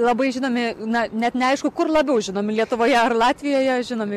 labai žinomi na net neaišku kur labiau žinomi lietuvoje ar latvijoje žinomi